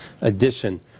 edition